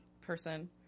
person